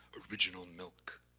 original milk,